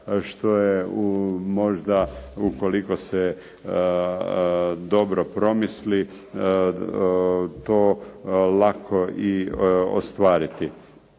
što je možda ukoliko se dobro promisli to lako i ostvariti.